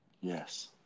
Yes